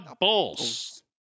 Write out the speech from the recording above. bulls